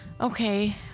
Okay